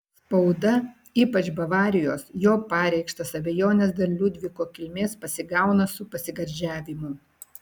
spauda ypač bavarijos jo pareikštas abejones dėl liudviko kilmės pasigauna su pasigardžiavimu